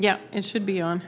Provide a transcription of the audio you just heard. yeah it should be on